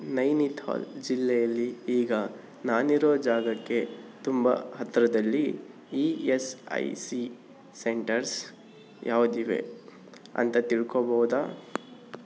ನೈನಿತಾಲ್ ಜಿಲ್ಲೆಯಲ್ಲಿ ಈಗ ನಾನಿರೊ ಜಾಗಕ್ಕೆ ತುಂಬ ಹತ್ರದಲ್ಲಿ E S I C centres ಯಾವ್ದಿವೆ ಅಂತ ತಿಳ್ಕೊಬೋದಾ